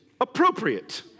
appropriate